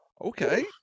Okay